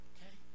Okay